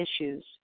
issues